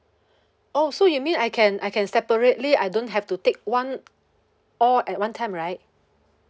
oh so you mean I can I can separately I don't have to take one all at one time right